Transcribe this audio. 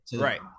right